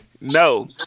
No